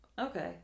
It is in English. okay